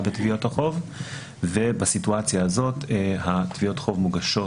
בתביעות החוב ובסיטואציה הזאת תביעות החוב מוגשות